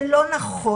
זה לא נכון,